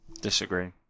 Disagree